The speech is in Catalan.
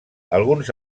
alguns